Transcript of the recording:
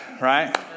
Right